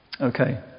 Okay